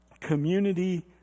community